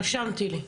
רשמתי לי.